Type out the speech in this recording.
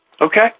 Okay